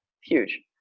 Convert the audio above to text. Huge